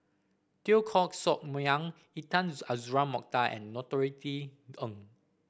Teo Koh Sock Miang Intan Azura Mokhtar and Norothy Ng